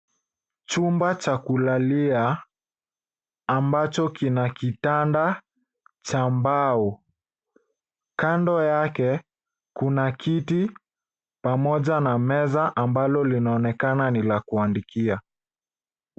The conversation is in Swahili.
Chumba cha kulalia ambacho kina kitanda cha mbao. Kando yake kuna kiti pamoja na meza ambalo linaonekana ni la kuandikia.